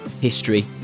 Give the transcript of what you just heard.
history